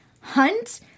Hunt